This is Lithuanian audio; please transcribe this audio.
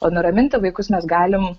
o nuraminti vaikus mes galim